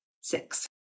six